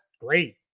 great